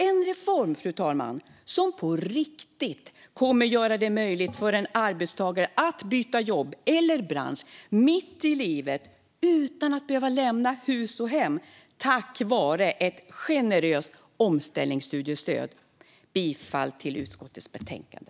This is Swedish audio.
En reform, fru talman, som på riktigt kommer att göra det möjligt för en arbetstagare att byta jobb eller bransch mitt i livet, utan att behöva lämna hus och hem, tack vare ett generöst omställningsstudiestöd. Jag yrkar bifall till förslaget i utskottets betänkande.